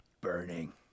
burning